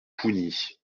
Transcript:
pougny